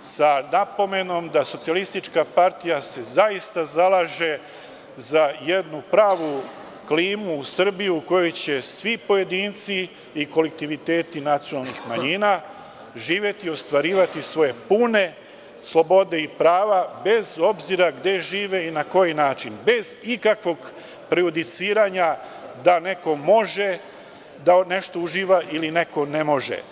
sa napomenom da se Socijalistička partija Srbije se zaista zalaže za jednu pravu klimu u Srbiji u kojoj će svi pojedinci i kolektiviteti nacionalnih manjina živeti i ostvarivati svoje pune slobode i prava, bez obzira gde žive i na koji način, bez ikakvog prejudiciranja da neko može da nešto uživa ili neko ne može.